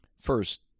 First